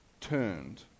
turned